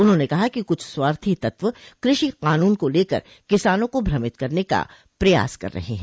उन्होंने कहा कि कुछ स्वार्थी तत्व कृषि कानून को लेकर किसानों को भ्रमित करने का प्रयास कर रहे हैं